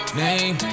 name